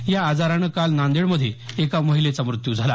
या आजारानं काल नांदेड मध्ये एका महिलेचा मृत्यू झाला